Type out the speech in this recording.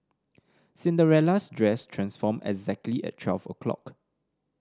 Cinderella's dress transformed exactly at twelve o' clock